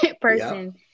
person